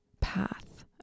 path